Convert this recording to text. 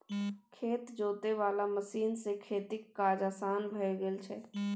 खेत जोते वाला मशीन सँ खेतीक काज असान भए गेल छै